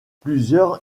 plusieurs